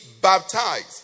Baptized